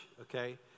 okay